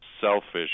selfish